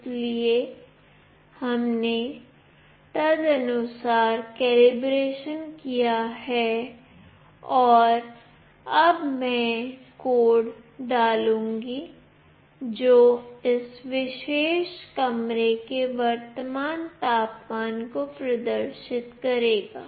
इसलिए हमने तदनुसार कलीब्रेशन किया है और अब मैं कोड डालूंगी जो इस विशेष कमरे के वर्तमान तापमान को प्रदर्शित करेगा